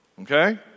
okay